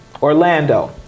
Orlando